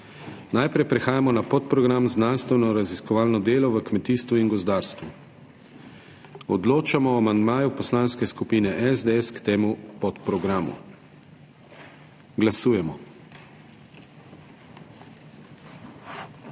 Najprej prehajamo na podprogram Znanstvenoraziskovalno delo v kmetijstvu in gozdarstvu. Odločamo o amandmaju Poslanske skupine SDS k temu podprogramu. Glasujemo.